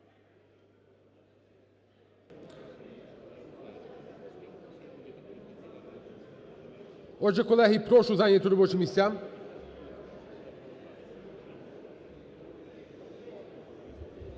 Отже, колеги, прошу зайняти робочі місця.